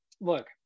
look